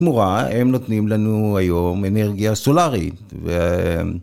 בתמורה הם נותנים לנו היום אנרגיה סולארית